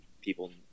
people